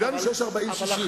ידענו שיש 40% 60%,